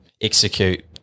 execute